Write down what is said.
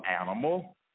animal